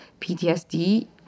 PTSD